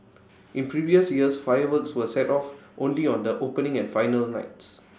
in previous years fireworks were set off only on the opening and final nights